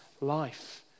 life